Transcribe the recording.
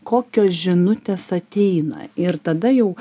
kokios žinutės ateina ir tada jau